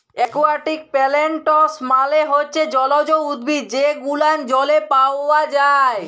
aquatic plants মালে হচ্যে জলজ উদ্ভিদ যে গুলান জলে পাওয়া যায়